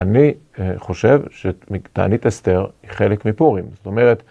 ‫אני חושב שתענית אסתר ‫היא חלק מפורים. זאת אומרת...